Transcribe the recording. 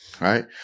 Right